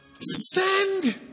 Send